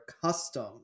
custom